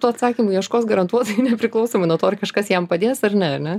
tų atsakymų ieškos garantuotai nepriklausomai nuo to ar kažkas jam padės ar ne a ne